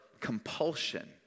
compulsion